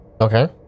Okay